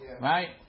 right